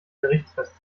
gerichtsfest